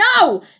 no